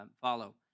follow